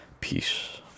Peace